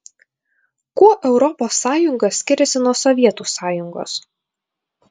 kuo europos sąjunga skiriasi nuo sovietų sąjungos